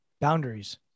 Boundaries